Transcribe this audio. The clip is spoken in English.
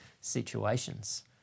situations